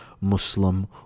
muslim